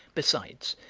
besides,